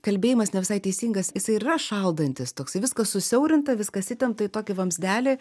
kalbėjimas ne visai teisingas jisai ir yra šaldantis toksai viskas susiaurinta viskas įtempta į tokį vamzdelį